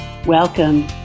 Welcome